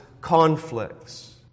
conflicts